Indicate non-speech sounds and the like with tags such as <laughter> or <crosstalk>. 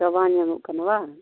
ᱜᱟᱵᱟᱱ <unintelligible> ᱮᱱᱩ ᱠᱟᱱᱟ ᱵᱟᱝ